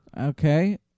Okay